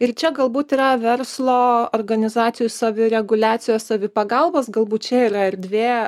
ir čia galbūt yra verslo organizacijų savireguliacijos savipagalbos galbūt čia yra erdvė